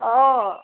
অঁ